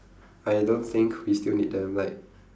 I don't think we still need them like